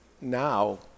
now